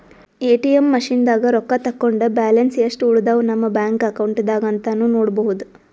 ATM ಮಷಿನ್ದಾಗ್ ರೊಕ್ಕ ತಕ್ಕೊಂಡ್ ಬ್ಯಾಲೆನ್ಸ್ ಯೆಸ್ಟ್ ಉಳದವ್ ನಮ್ ಬ್ಯಾಂಕ್ ಅಕೌಂಟ್ದಾಗ್ ಅಂತಾನೂ ನೋಡ್ಬಹುದ್